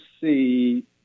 see